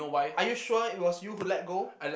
are you sure it was you who let go